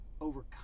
overcome